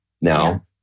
now